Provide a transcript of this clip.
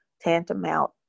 tantamount